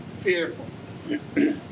fearful